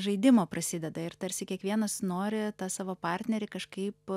žaidimo prasideda ir tarsi kiekvienas nori tą savo partnerį kažkaip